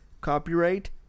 Copyright